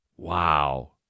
wow